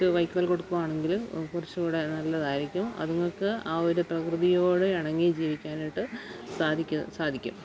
വൈക്കോൽ കൊടുക്കുവാണെങ്കിൽ കുറച്ചുകൂടെ നല്ലതായിരിക്കും അതുങ്ങൾക്ക് ആ ഒരു പ്രകൃതിയോട് ഇണങ്ങി ജീവിക്കാനായിട്ട് സാധിക്കും